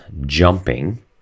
jumping